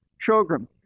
children